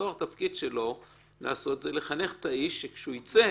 התפקיד של בית הסוהר זה לחנך את האיש שכאשר הוא יצא